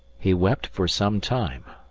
he wept for some time,